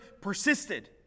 persisted